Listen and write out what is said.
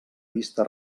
vista